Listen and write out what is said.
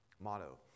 motto